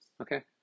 okay